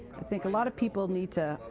i think a lot of people need to,